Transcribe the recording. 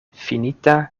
finita